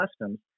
customs